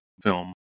film